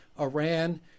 Iran